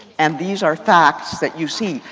and these are facts that you see